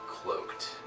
cloaked